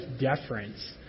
deference